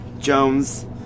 Jones